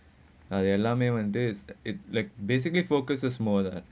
uh ya lah no wonder this it's like basically focuses is more like